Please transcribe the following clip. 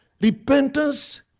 Repentance